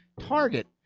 target